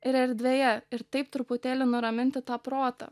ir erdvėje ir taip truputėlį nuraminti tą protą